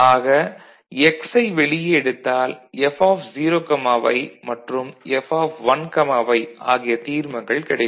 ஆக x ஐ வெளியே எடுத்தால் F0y மற்றும் F1y ஆகிய தீர்மங்கள் கிடைக்கும்